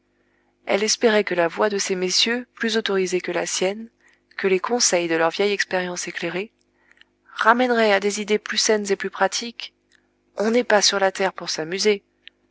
elle espérait que la voix de ces messieurs plus autorisée que la sienne que les conseils de leur vieille expérience éclairée ramèneraient à des idées plus saines et plus pratiques on n'est pas sur la terre pour s'amuser